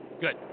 good